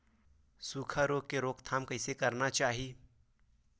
सुखा रोग के रोकथाम कइसे करना चाही?